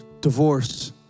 divorce